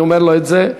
אני אומר לו את זה,